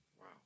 Wow